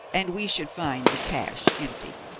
and we should find the cache empty.